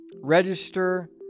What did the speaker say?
register